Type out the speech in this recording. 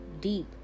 deep